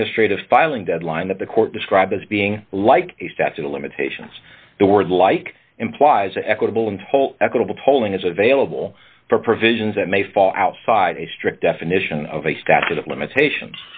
administrative filing deadline that the court described as being like a statute of limitations the word like implies equitable and whole equitable tolling is available for provisions that may fall outside a strict definition of a statute of limitations